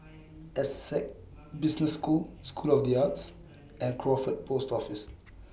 Essec Business School School of The Arts and Crawford Post Office